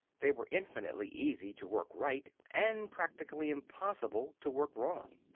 they were infinitely easy to work right, and practically impossible to work wrong.